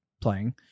playing